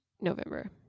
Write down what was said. November